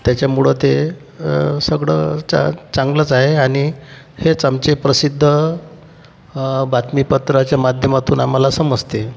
त्याच्यामुळं ते सगळं चांगलंच आहे आणि हेच आमचे प्रसिद्ध बातमीपत्राच्या माध्यमातून आम्हाला समजते